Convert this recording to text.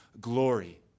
glory